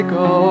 go